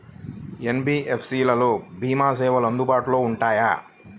NBFC లలో భీమా సేవలు అందుబాటులో ఉంటాయా?